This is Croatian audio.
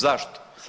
Zašto?